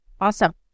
Awesome